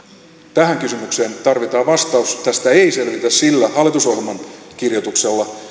tähän kysymykseen tarvitaan vastaus tästä ei selvitä sillä hallitusohjelman kirjoituksella